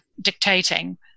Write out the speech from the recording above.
dictating